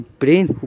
brain